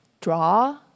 draw